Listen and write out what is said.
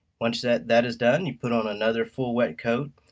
once that that is done, and you put on another full wet coat,